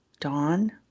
dawn